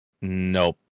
Nope